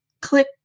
click